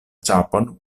ĉapon